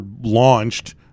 launched –